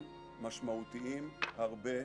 אחר.